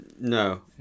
no